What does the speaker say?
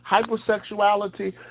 hypersexuality